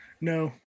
No